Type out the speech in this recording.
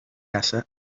caça